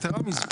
יתרה מזאת,